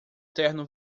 terno